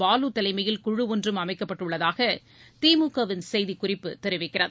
பாலு தலைமையில் குழு ஒன்றும் அமைக்கப்பட்டுள்ளதாக திமுகவின் செய்திக் குறிப்பு தெரிவிக்கிறது